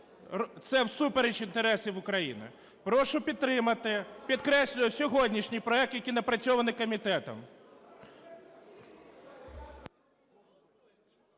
це всупереч інтересам України. Прошу підтримати, підкреслюю, сьогоднішній проект, який напрацьований комітетом.